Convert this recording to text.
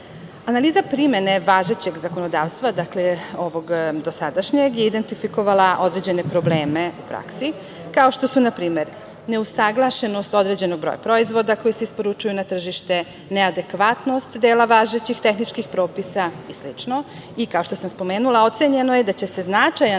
radu. Analiza primene važećeg zakonodavstva, dakle ovog dosadašnjeg, je identifikovala određene probleme u praksi, kao što su, na primer, neusaglašenost određenog broja proizvoda koji se isporučuju na tržište, neadekvatnost dela važećih tehničkih propisa i slično i, kao što sam spomenula, procenjeno je da će se značajan